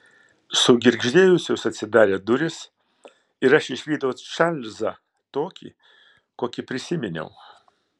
sugirgždėjusios atsidarė durys ir aš išvydau čarlzą tokį kokį prisiminiau